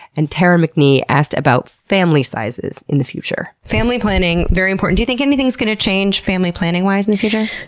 and tara mcnee asked about family sizes in the future. family planning. very important. think anything's gonna change family planning wise in the future?